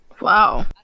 Wow